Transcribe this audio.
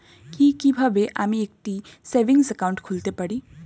কি কিভাবে আমি একটি সেভিংস একাউন্ট খুলতে পারি?